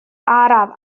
araf